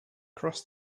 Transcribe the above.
crossed